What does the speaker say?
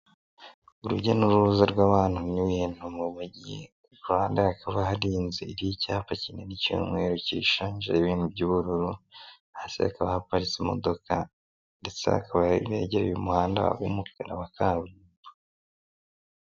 Urujya n'uruza rw'abantu n'ibintu mu mujyi, ku ruhande hakaba hari inzu y'icyapa kinini cy'umweru gishushanyijeho ibintu by'ubururu, hasi hakaba haparitse imodoka ndetse hakaba hegeye uyu umuhanda w'umukara wa kaburimbo.